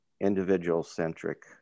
individual-centric